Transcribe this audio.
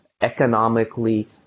economically